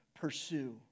Pursue